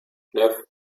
neuf